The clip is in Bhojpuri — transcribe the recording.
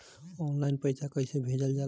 ऑनलाइन पैसा कैसे भेजल जाला?